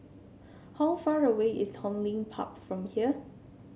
how far away is Hong Lim Park from here